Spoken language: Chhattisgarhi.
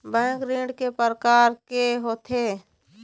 बैंक ऋण के प्रकार के होथे?